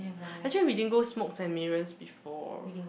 actually we didn't go Smoke and Mirrors before